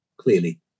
clearly